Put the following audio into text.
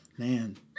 Man